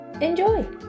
enjoy